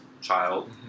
child